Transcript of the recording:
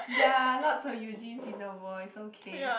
they're lots of Eugenes in the world is okay